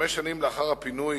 חמש שנים לאחר הפינוי,